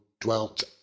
dwelt